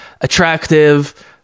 attractive